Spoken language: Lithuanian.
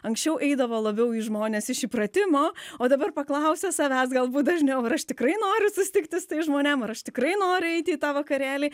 anksčiau eidavo labiau į žmones iš įpratimo o dabar paklausia savęs galbūt dažniau ir aš tikrai noriu susitikti su tais žmonėm ar aš tikrai noriu eiti į tą vakarėlį